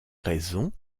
raison